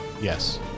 yes